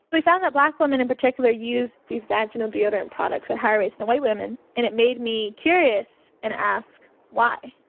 we found that black women in particular use these vaginal deodorant products at higher rates than white women. and it made me curious and ask why?